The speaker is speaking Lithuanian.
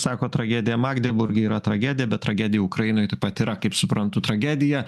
sako tragedija magdeburge yra tragedija bet tragedija ukrainoje taip pat yra kaip suprantu tragedija